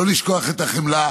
לא לשכוח את החמלה.